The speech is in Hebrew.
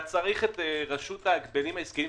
צריך את רשות ההגבלים העסקיים?